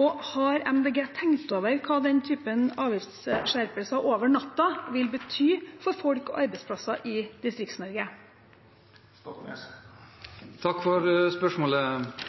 Og har MDG tenkt over hva den typen avgiftsskjerpelser over natten vil bety for folk og arbeidsplasser i Distrikts-Norge? Takk for spørsmålet.